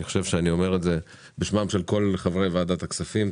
אני חושב שאני אומר את זה בשמם של כל חברי ועדת הכספים,